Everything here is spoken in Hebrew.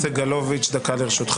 חבר הכנסת יואב סגלוביץ', דקה לרשותך,